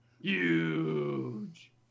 Huge